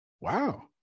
Wow